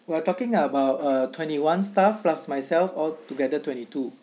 we're talking about uh twenty one staff plus myself all together twenty two